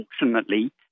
unfortunately